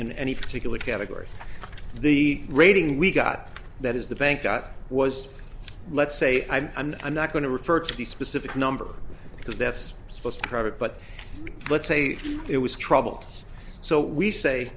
in any particular category the rating we got that is the bank got was let's say i'm not going to refer to the specific number because that's supposed credit but let's say it was trouble so we say